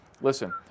listen